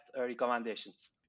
recommendations